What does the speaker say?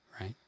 right